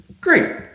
Great